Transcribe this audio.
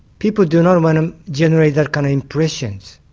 people do not want to generate that kind of impression,